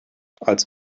als